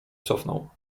cofnął